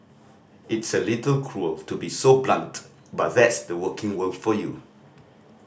it's a little cruel to be so blunt but that's the working world for you